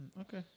Okay